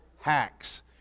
hacks